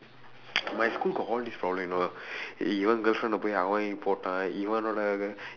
my school got all these problems you know இவன்:ivan girlfriendae போய் அவன் போட்டான் இவனோட:pooi avan pootdaan ivanooda